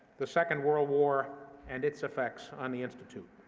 the second world war and its effects on the institute.